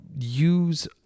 use